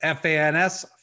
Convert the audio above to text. FANS